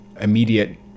immediate